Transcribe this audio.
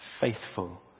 faithful